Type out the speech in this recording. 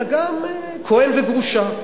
אלא גם כוהן וגרושה.